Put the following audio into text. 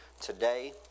today